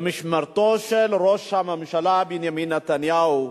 במשמרתו של ראש הממשלה בנימין נתניהו,